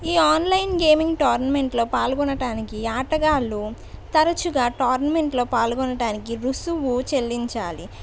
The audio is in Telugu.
ఈ ఆన్లైన్ గేమింగ్ టోర్నమెంట్లో పాల్గొనటానికి ఆటగాళ్ళు తరచుగా టోర్నమెంట్లో పాల్గొనటానికి రుసుము చెల్లించాలి